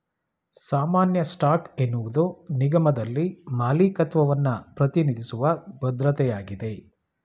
ಸಾಮಾನ್ಯ ಸ್ಟಾಕ್ ಎನ್ನುವುದು ನಿಗಮದಲ್ಲಿ ಮಾಲೀಕತ್ವವನ್ನ ಪ್ರತಿನಿಧಿಸುವ ಭದ್ರತೆಯಾಗಿದೆ